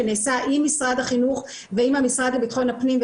שנעשה עם משרד החינוך ועם המשרד לבטחון פנים,